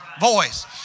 voice